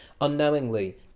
unknowingly